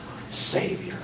Savior